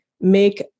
make